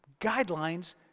guidelines